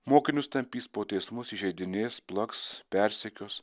mokinius tampys po teismus įžeidinės plaks persekios